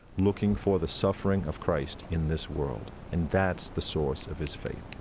looking for the suffering of christ in this world, and that's the source of his faith